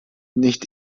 nicht